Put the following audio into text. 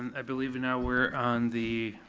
i believe now we're on the